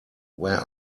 where